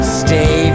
stay